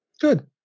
Good